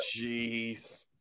jeez